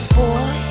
boy